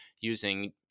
using